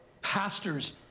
pastors